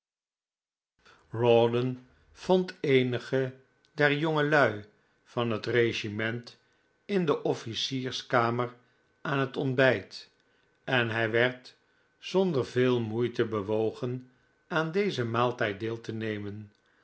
rawdon vond eenige der jongelui van het regiment in de officierskamer aan het ontbijt en hij werd zonder veel moeite bewogen aan dezen maaltijd deel te nemen